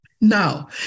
Now